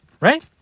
Right